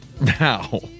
Now